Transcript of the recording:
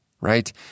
right